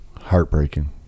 Heartbreaking